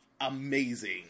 amazing